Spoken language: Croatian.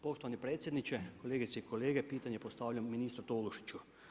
Poštovani predsjedniče, kolegice i kolege pitanje postavljam ministru Tolušiću.